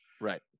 right